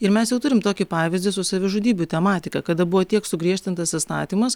ir mes jau turim tokį pavyzdį su savižudybių tematika kada buvo tiek sugriežtintas įstatymas